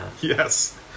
Yes